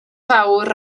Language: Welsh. fawr